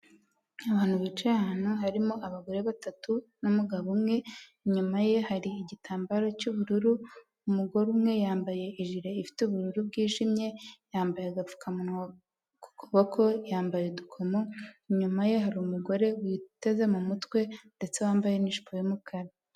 Abantu bicaye ahantu, harimo abagore batatu n'umugabo umwe. inyuma ye hari igitambaro cy'ubururu, umugore umwe yambaye ijire ifite ubururu bwijimye, yambaye agapfukamunwa, ku kuboko yambaye udukomo. Inyuma ye hari umugore witeze mu mutwe, ndetse wambaye n'ijipo y'umukara.